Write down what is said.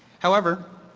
however,